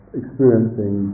experiencing